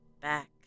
back